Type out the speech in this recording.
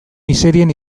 miserien